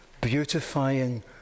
beautifying